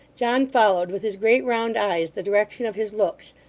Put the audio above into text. john followed with his great round eyes the direction of his looks,